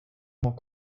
more